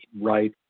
right